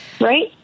Right